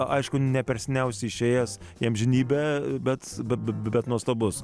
aišku ne per seniausiai išėjęs į amžinybę bet bet bet nuostabus